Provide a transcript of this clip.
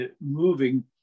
moving